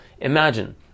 imagine